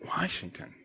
Washington